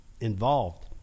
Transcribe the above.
involved